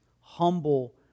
humble